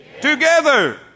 together